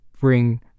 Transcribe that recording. bring